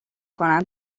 کنند